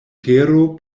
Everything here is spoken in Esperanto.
tero